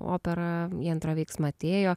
operą į antrą veiksmą atėjo